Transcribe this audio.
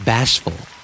Bashful